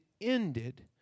ended